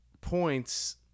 points